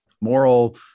moral